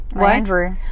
Andrew